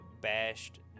bashed